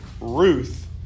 Ruth